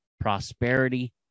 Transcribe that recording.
prosperity